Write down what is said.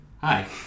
Hi